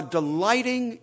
delighting